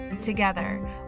Together